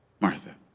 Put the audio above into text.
Martha